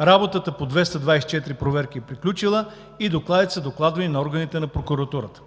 Работата по 224 проверки е приключила и резултатите са докладвани на органите на прокуратурата.